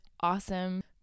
awesome